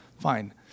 Fine